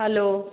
hello